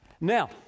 Now